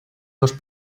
dos